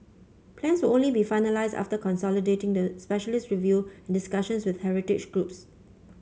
plans will only be finalised after consolidating the specialist review and discussions with heritage groups